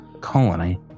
colony